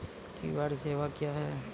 QR सेवा क्या हैं?